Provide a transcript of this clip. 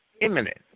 imminent